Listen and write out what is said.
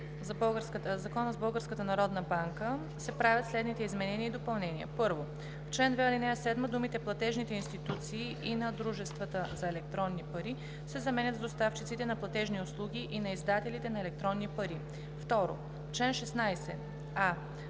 (обн., ДВ, бр. …) се правят следните изменения и допълнения: 1. В чл. 2, ал. 7 думите „платежните институции и на дружествата за електронни пари“ се заменят с „доставчиците на платежни услуги и на издателите на електронни пари“. 2. В чл.